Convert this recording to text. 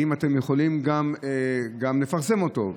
האם אתם יכולים גם לפרסם אותו,